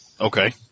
Okay